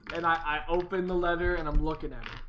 and i open the letter and i'm looking at